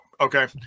okay